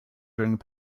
during